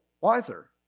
wiser